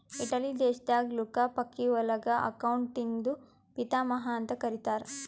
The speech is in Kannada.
ಇಟಲಿ ದೇಶದಾಗ್ ಲುಕಾ ಪಕಿಒಲಿಗ ಅಕೌಂಟಿಂಗ್ದು ಪಿತಾಮಹಾ ಅಂತ್ ಕರಿತ್ತಾರ್